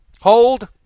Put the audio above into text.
Hold